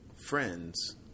friends